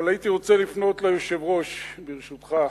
אבל הייתי רוצה לפנות אל היושב-ראש, ברשותך.